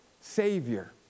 Savior